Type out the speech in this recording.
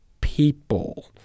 people